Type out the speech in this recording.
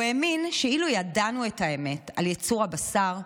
הוא האמין שאילו ידענו את האמת על ייצור הבשר,